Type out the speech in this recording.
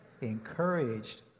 encouraged